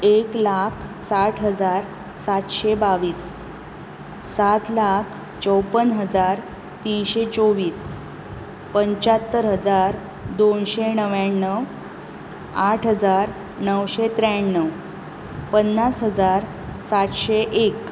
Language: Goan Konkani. एक लाख साठ हजार सातशें बावीस सात लाख चोवपन हजार तीनशें चौवीस पंच्यात्तर हजार दोनशें णव्याणव आठ हजार णवशें त्र्याणव पन्नास हजार सातशें एक